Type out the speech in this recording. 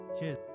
Cheers